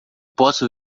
posso